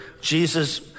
Jesus